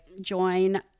Join